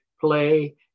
play